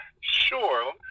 Sure